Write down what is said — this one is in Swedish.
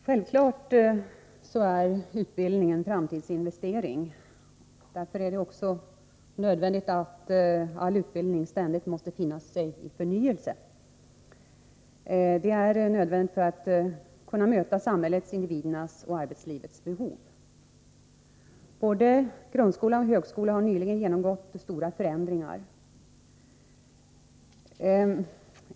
Herr talman! Självfallet är utbildning en framtidsinvestering. Därför är det också nödvändigt att all utbildning ständigt befinner sig i förnyelse. Det är nödvändigt för att skolan skall kunna möta samhällets, individernas och arbetslivets behov. Både grundskolan och högskolan har nyligen genomgått stora förändringar.